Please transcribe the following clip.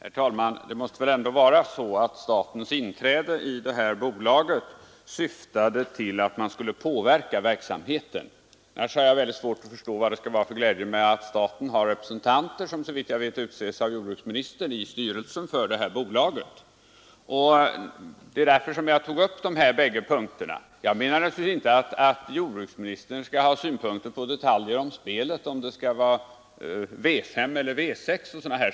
Herr talman! Det måste väl ändå vara så att statens inträde i detta bolag syftade till att påverka verksamheten. Annars har jag mycket svårt att förstå vad det skulle vara för glädje med att staten har representanter i Aktiebolaget Trav och galopps styrelse, representanter som såvitt jag vet utses av jordbruksministern. Därför har jag tagit upp dessa båda punkter. Jag menar naturligtvis inte att jordbruksministern skall ha synpunkter på detaljer om spelet, alltså om det skall vara V-5 eller V-6 och liknande.